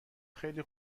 خیلی